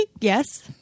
yes